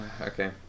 Okay